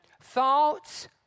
Thoughts